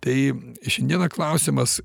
tai šiandieną klausimas